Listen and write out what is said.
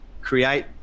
create